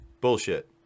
Bullshit